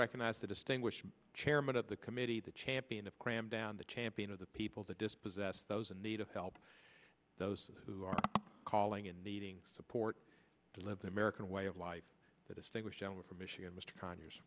recognize the distinguished chairman of the committee the champion of cramdown the champion of the people the dispossessed those in need of help those who are calling and needing support to live the american way of life the distinguished gentleman from michigan mr con